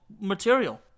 material